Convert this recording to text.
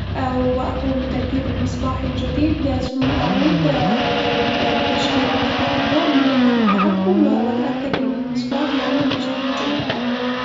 وأقوم بتركيب المصباح الجديد ثم أعود ل- بتشغيل مفتاح الضوء من لوحة التحكم واتأكد إن المصباح يعمل بشكل جيد.